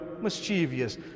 mischievous